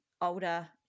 older